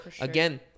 again